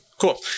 Cool